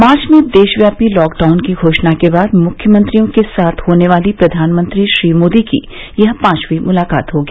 मार्च में देशव्यापी लॉकडाउन की घोषणा के बाद से मुख्यमंत्रियों के साथ होने वाली प्रधानमंत्री श्री मोदी की यह पांचवीं मुलाकात होगी